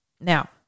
Now